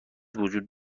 وجود